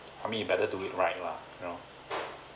I mean you better do it right lah you know